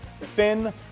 Finn